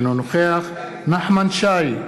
אינו נוכח נחמן שי,